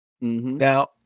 now